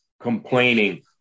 complaining